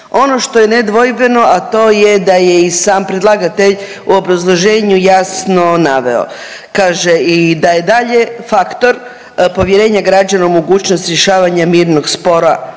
Ono što je nedvojbeno, a to je da je i sam predlagatelj u obrazloženju jasno naveo. Kaže da je i dalje faktor povjerenja građana u mogućnost rješavanja mirnog spora